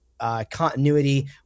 continuity